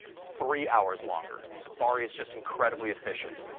three hours longer. safari is just incredibly efficient.